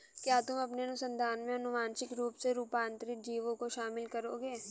क्या तुम अपने अनुसंधान में आनुवांशिक रूप से रूपांतरित जीवों को शामिल करोगे?